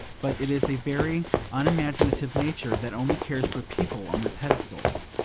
but it is a very unimaginative nature that only cares for people on their pedestals.